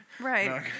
right